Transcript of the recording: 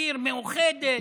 עיר מאוחדת,